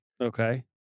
Okay